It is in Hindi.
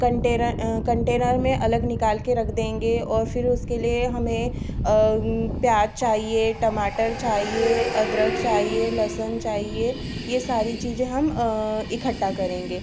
कंटेनर कंटेनर में अलग निकाल कर रख देंगे और फिर उसके लिए हमें प्याज चाहिए टमाटर चाहिए अदरक चाहिए लहसुन चाहिए यह सारी चीज़ें हम इकट्ठा करेंगे